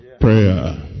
Prayer